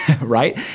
right